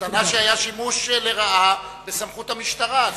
הטענה היא שהיה שימוש לרעה בסמכות המשטרה.